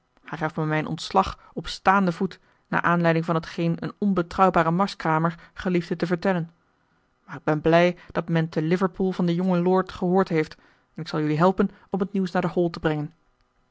hij gaf mij mijn ontslag op staanden voet naar aanleiding van hetgeen een onbetrouwbare marskramer geliefde te vertellen maar ik ben blij dat men te liverpool van den jongen lord gehoord heeft en ik zal jullie helpen om het nieuws naar de hall te brengen